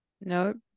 Nope